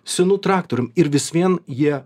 senu traktorium ir vis vien jie